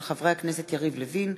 של חברי הכנסת יריב לוין,